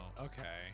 okay